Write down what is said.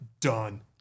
done